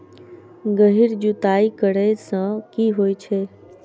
गहिर जुताई करैय सँ की होइ छै?